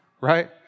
right